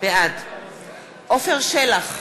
בעד עפר שלח,